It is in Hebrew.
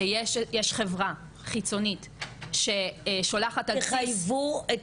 שיש חברה חיצונית ששולחת --- תחייבו את